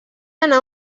anar